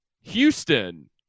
Houston